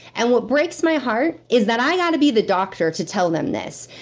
and what breaks my heart, is that i gotta be the doctor to tell them this.